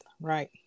right